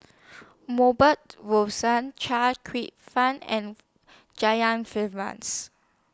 Chia Kwek Fah and